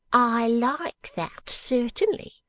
i like that, certainly.